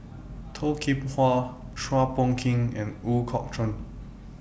Toh Kim Hwa Chua Phung Kim and Ooi Kok Chuen